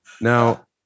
Now